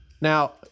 Now